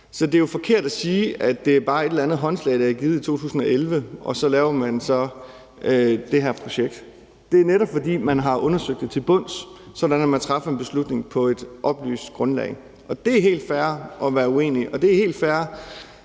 Så det er jo forkert at sige, at det bare er et eller andet håndslag, der er givet i 2011, og at man så har lavet det her projekt derefter. Det er netop, fordi man har undersøgt det til bunds, sådan at man træffer en beslutning på et oplyst grundlag. Det er helt fair at være uenig i, og det er helt fair